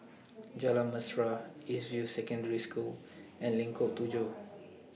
Jalan Mesra East View Secondary School and Lengkok Tujoh